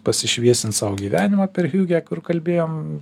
pasišviesint sau gyvenimą per hiugę kur kalbėjom